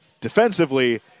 defensively